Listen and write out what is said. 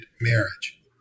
marriage